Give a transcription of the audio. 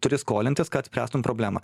turi skolintis kad spręstum problemą